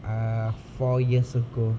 ah four years ago